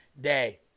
day